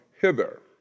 hither